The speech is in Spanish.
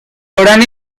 habrán